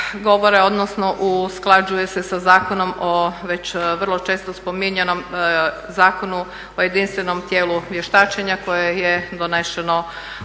odnosno usklađuje se sa Zakonom o već vrlo često spominjanom Zakonu o jedinstvenom tijelu vještačenja koje je doneseno u srpnju,